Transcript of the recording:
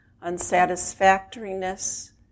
unsatisfactoriness